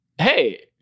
hey